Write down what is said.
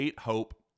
Hope